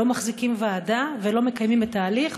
לא מחזיקים ועדה ולא מקיימים את ההליך,